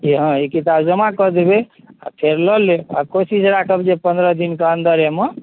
हँ ई किताब जमा कऽ देबै आ फेर लऽ लेब आ कोशिश राखब जे पन्द्रह दिनके अंदरेमे